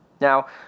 Now